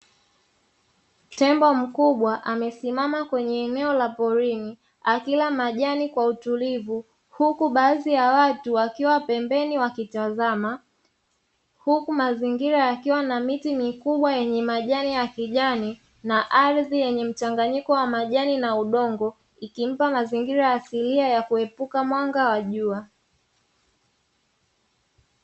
Tembo mkubwa amesimama kwenye eneo la porini, akila majani kwa utulivu, huku baadhi ya watu wakiwa pembeni wakitazama, huku mazingira yakiwa na miti mikubwa yenye majani ya kijani na ardhi yenye mchanganyiko wa majani na udongo, ikimpa mazingira asilia ya kuepuka mwanga wa jua.